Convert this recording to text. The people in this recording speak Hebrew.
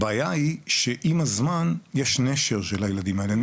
הבעיה היא שעם הזמן יש נשר של הילדים האלו,